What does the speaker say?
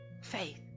Faith